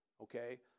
okay